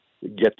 get